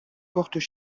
portent